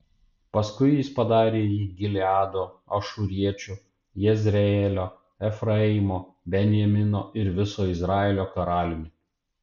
paskui jis padarė jį gileado ašūriečių jezreelio efraimo benjamino ir viso izraelio karaliumi